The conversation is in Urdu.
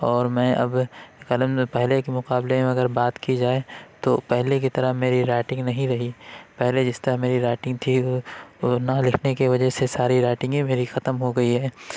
اور میں اب قلم میں پہلے کے مقابلے میں اگر بات کی جائے تو پہلے کی طرح میری رائٹنگ نہیں رہی پہلے جس طرح میری رائٹنگ تھی وہ نہ لکھنے کی وجہ سے ساری رائٹنگ ہی میری ختم ہو گئی ہے